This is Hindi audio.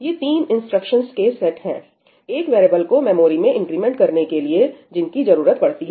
ये तीन इंस्ट्रक्शंस के सेट है एक वेरीएबल को मेमोरी में इंक्रीमेंट करने के लिए जिनकी जरूरत पड़ती है